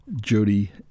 Jody